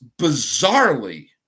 bizarrely